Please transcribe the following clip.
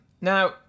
Now